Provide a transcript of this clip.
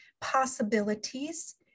possibilities